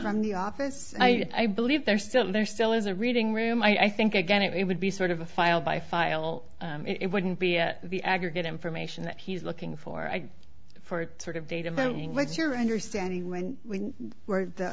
from the office i believe they're still there still is a reading room i think again it would be sort of a file by file it wouldn't be at the aggregate information that he's looking for i for sort of data like your understanding when we were